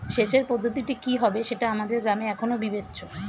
সেচের পদ্ধতিটি কি হবে সেটা আমাদের গ্রামে এখনো বিবেচ্য